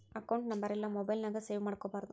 account ನಂಬರೆಲ್ಲಾ mobile ನ್ಯಾಗ save ಮಾಡ್ಕೊಬಾರ್ದು